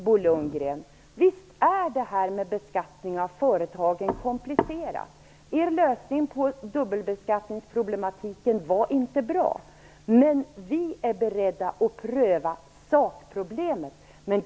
Bo Lundgren, visst är frågan om beskattning av företagen komplicerad. Er lösning på problematiken med dubbelbeskattningen var inte bra. Men vi är beredda att pröva sakfrågorna.